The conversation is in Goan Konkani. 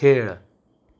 खेळ